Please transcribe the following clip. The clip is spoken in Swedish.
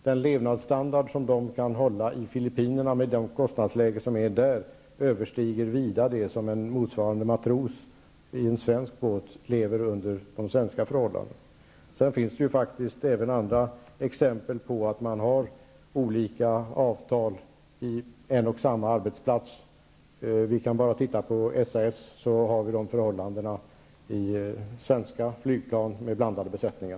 Den levnadsstandard som de kan hålla i Filippinerna med deras kostnadsläge överstiger vida de förhållanden som en motsvarande matros på en svensk båt lever under. Sedan finns det faktiskt även andra exempel på att man har olika avtal på en och samma arbetsplats. På SAS har vi det förhållandet i svenska flygplan med blandade besättningar.